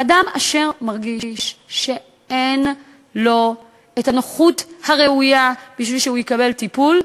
אדם אשר מרגיש שחסרה לו הנוחות הראויה בשביל שהוא יקבל טיפול,